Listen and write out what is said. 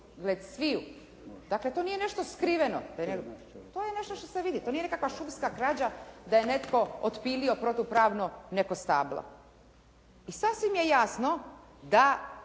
već sviju. Dakle to nije nešto skriveno, to je nešto što se vidi. To nije nekakva šumska krađa da je netko otpilio protupravno neko stablo. I sasvim je jasno da